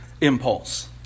impulse